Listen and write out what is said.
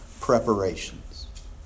preparations